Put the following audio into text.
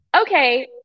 okay